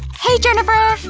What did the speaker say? hey jennifer! ahh!